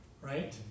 Right